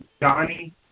donnie